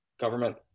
government